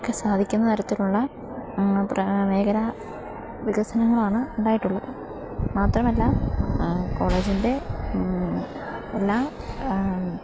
ഒക്കെ സാധിക്കുന്ന തരത്തിലുള്ള പ്ര മേഖല വികസനങ്ങളാണ് ഉണ്ടായിട്ടുള്ളത് മാത്രമല്ല കോളേജിൻ്റെ എല്ലാ